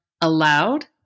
allowed